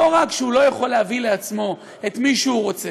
לא רק שהוא לא יכול להביא לעצמו את מי שהוא רוצה,